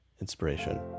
Inspiration